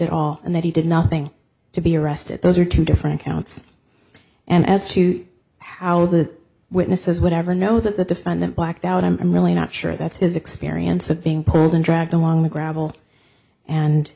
at all and that he did nothing to be arrested those are two different counts and as to how the witnesses whatever know that the defendant blacked out i'm really not sure that's his experience of being cold and dragged along the gravel and